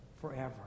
forever